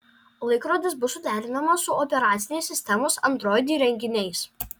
laikrodis bus suderinamas su operacinės sistemos android įrenginiais